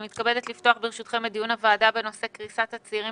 אני מתכבדת לפתוח את דיון הוועדה בנושא: קריסת הצעירים